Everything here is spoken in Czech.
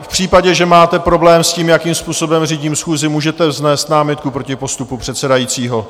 V případě, že máte problém s tím, jakým způsobem řídím schůzi, můžete vznést námitku proti postupu předsedajícího.